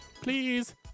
Please